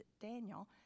Daniel